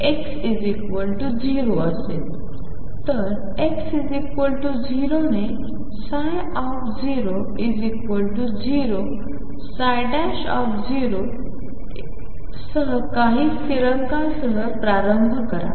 तर x0 ने 00 0 सह काही स्थिरांकासह प्रारंभ करा